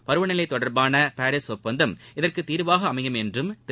பருவநிலை தொடர்பான பாரீஸ் ஒப்பந்தம் இதற்கு தீர்வாக அமையும் என்றும் திரு